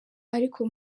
ariko